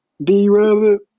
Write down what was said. B-Rabbit